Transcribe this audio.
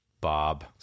Bob